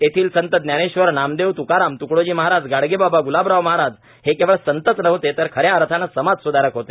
येथील संत जानेश्वर नामदेव त्काराम त्कडोजी महाराज गाडगेबाबा ग्लाबराव महाराज हे केवळ संतच नव्हते तर खऱ्या अर्थाने समाजस्धारक होते